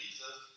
Jesus